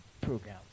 program